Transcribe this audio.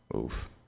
Oof